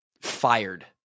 fired